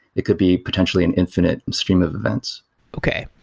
it could be potentially an infinite stream of events okay.